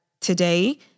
today